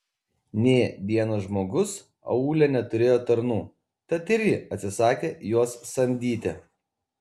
nė vienas žmogus aūle neturėjo tarnų tad ir ji atsisakė juos samdyti